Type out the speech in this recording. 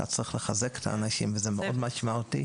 אתה צריך לחזק את האנשים וזה מאוד משמעותי.